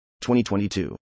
2022